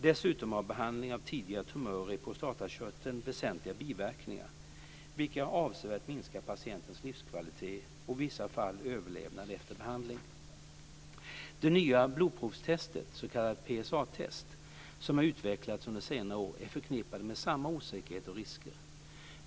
Dessutom har behandling av tidiga tumörer i prostatakörteln väsentliga biverkningar, vilka avsevärt minskar patientens livskvalitet, och i vissa fall överlevnad efter behandling. De nya blodprovstest, s.k. PSA-test, som har utvecklats under senare år är förknippade med samma osäkerhet och risker.